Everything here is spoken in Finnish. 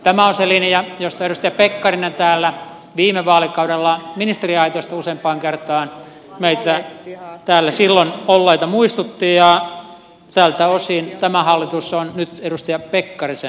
tämä on se linja josta edustaja pekkarinen viime vaalikaudella ministeriaitiosta useampaan kertaan meitä täällä silloin olleita muistutti ja tältä osin tämä hallitus on nyt edustaja pekkarisen linjalla